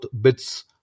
BITS